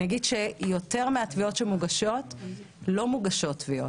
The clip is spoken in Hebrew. אני אגיד שיותר מהתביעות שמוגשות לא מוגשות תביעות.